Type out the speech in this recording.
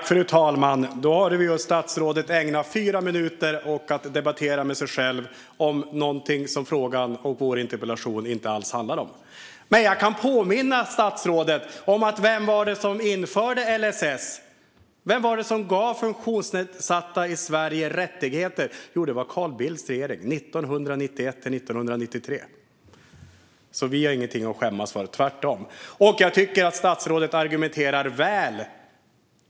Fru talman! Vi hörde just statsrådet ägna fyra minuter åt att debattera med sig själv om någonting som frågan och interpellationen inte alls handlar om. Jag kan påminna statsrådet om vem det var som införde LSS. Vem var det som gav funktionsnedsatta i Sverige rättigheter? Jo, det var Carl Bildt och hans regering 1991-1993. Vi har alltså ingenting att skämmas för, tvärtom. Jag tycker att statsrådet argumenterar väl.